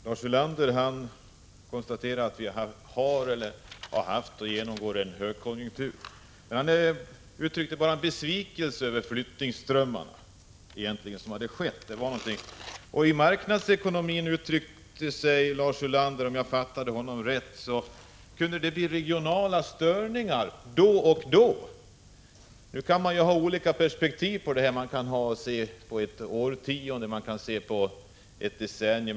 Herr talman! Lars Ulander konstaterar att vi har och har haft en högkonjunktur. Han uttrycker bara en besvikelse över flyttningsströmmarna. Om marknadsekonomin uttryckte Lars Ulander, om jag fattade honom rätt, att det kunde bli regionala störningar då och då. Nu kan man ha olika perspektiv på detta. Man kan se på det över årtionden eller bara över ett decennium.